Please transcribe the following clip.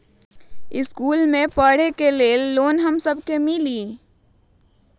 इश्कुल मे पढे ले लोन हम सब के मिली?